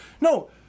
No